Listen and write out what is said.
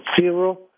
zero